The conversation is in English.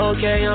Okay